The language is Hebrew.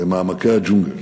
במעמקי הג'ונגל,